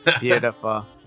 Beautiful